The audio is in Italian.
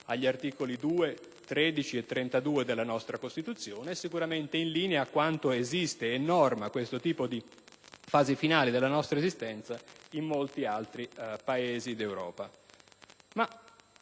agli articoli 2, 13 e 32 della nostra Costituzione e sicuramente in linea con quanto esiste e norma questo tipo di fase finale della nostra esistenza in molti altri Paesi d'Europa.